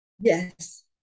yes